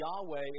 Yahweh